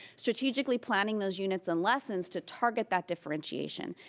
strategically planning those units and lessons to target that differentiation.